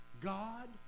God